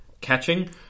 catching